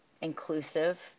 inclusive